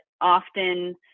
often